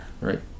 right